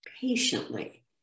patiently